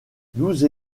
douze